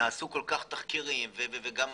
נעשו כל כך הרבה תחקירים, גם מח"ש.